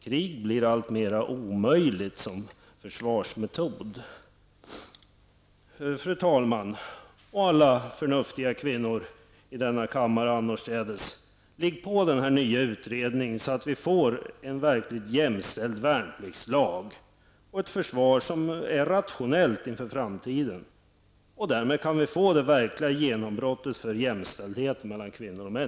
Krig blir alltmer omöjligt som försvarsmetod. Fru talman och alla förnuftiga kvinnor i denna kammare och annorstädes! Ligg på den här nya utredningen, så att vi får en verkligt jämställd värnpliktslag och ett försvar som är rationellt för framtiden. Därmed kan vi få det verkliga genombrottet för jämställdhet mellan kvinnor och män.